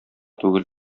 түгел